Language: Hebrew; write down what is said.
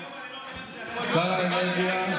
שר האנרגיה,